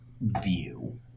view